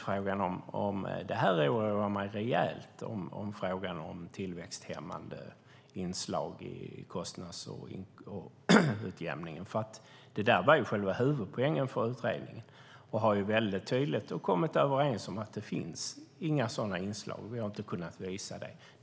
Frågan om tillväxthämmande inslag i kostnadsutjämningen oroar mig rejält. Det var själva huvudpoängen för utredningen. Man har tydligt kommit överens om att det inte finns sådana inslag.